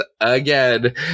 again